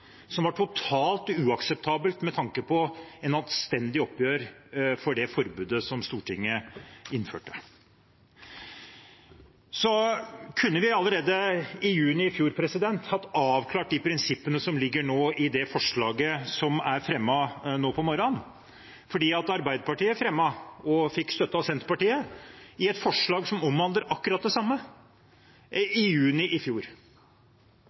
som var totalt uakseptabelt med tanke på et anstendig oppgjør for det forbudet som Stortinget innførte. Vi kunne allerede i juni i fjor ha avklart prinsippene som ligger i forslagene som er fremmet nå på morgenen, for Arbeiderpartiet fremmet – og fikk støtte fra Senterpartiet for – et forslag som omhandler akkurat det samme, i juni i fjor.